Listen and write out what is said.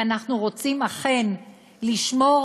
אם אנחנו רוצים אכן לשמור,